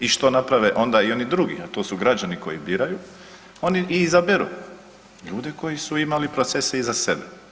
I što naprave onda i oni drugi, a to su građani koji biraju oni i izaberu ljude koji su imali procese iza sebe.